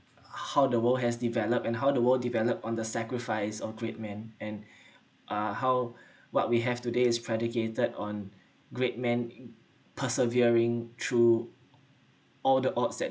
how the world has developed and how the world developed on the sacrifice of great men and ah how what we have today is predicated on great man persevering through all the odds that